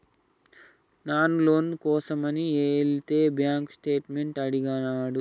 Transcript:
నాను లోను కోసమని ఎలితే బాంక్ స్టేట్మెంట్ అడిగినాడు